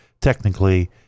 technically